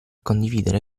condividere